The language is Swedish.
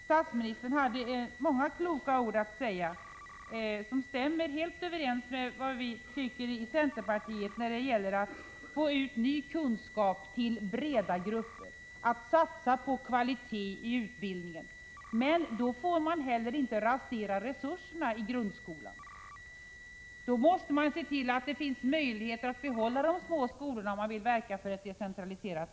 Statsministern hade många kloka ord att säga om denna som stämmer helt överens med vad centerpartiet anser när det gäller att få ut ny kunskap till breda grupper och att satsa på kvalitet i utbildningen. Men då får man inte heller rasera resurserna i grundskolan. Om man vill verka för ett decentraliserat samhälle, måste man se till att behålla de små skolorna.